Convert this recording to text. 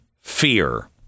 fear